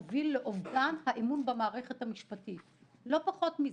מוביל לאובדן האמון במערכת המשפטית ולא פחות מזה.